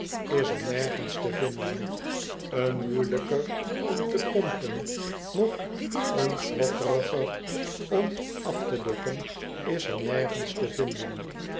is er nergens te vinden een moeielijker om te pompen noch een schrokkiger om af te dokken is er nergens te vinden